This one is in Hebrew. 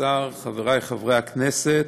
חבר הכנסת